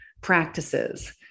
practices